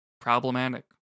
problematic